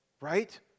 right